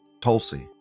Tulsi